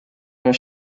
are